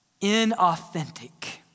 inauthentic